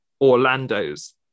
Orlando's